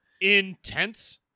intense